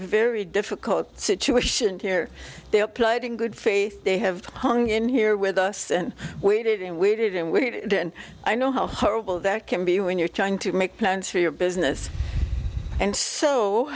very difficult situation here they applied in good faith they have hung in here with us and waited and waited and waited and i know how horrible that can be when you're trying to make plans for your business and so